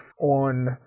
on